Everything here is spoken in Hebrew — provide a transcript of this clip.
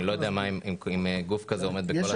אני לא יודע אם גוף כזה עומד בכל